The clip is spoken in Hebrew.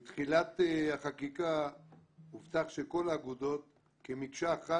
בתחילת החקיקה הובטח שכל האגודות, כמקשה אחת,